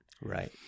Right